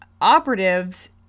operatives